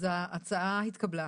אז ההצעה התקבלה.